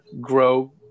grow